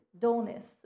Dullness